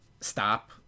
stop